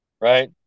right